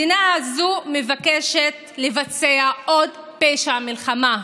המדינה הזו מבקשת לבצע עוד פשע מלחמה,